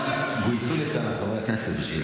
גויסו לכאן חברי כנסת בשביל,